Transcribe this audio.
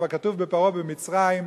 כבר כתוב שפרעה במצרים,